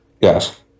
Yes